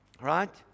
right